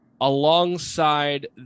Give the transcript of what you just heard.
alongside